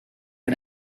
and